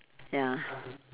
ya